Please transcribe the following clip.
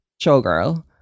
showgirl